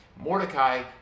Mordecai